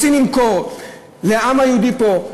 רוצים למכור לעם היהודי פה,